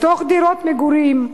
בתוך דירות מגורים,